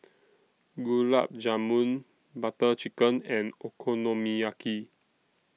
Gulab Jamun Butter Chicken and Okonomiyaki